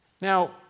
Now